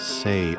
say